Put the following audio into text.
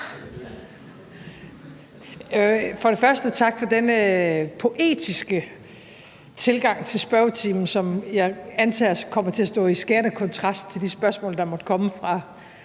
vil jeg sige tak for denne poetiske tilgang til spørgetimen, som jeg antager kommer til at stå i skærende kontrast til de spørgsmål, der måtte komme fra